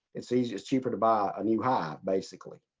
it's easy, it's cheaper to buy a new hive basically.